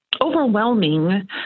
overwhelming